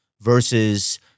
versus